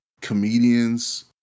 comedians